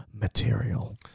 material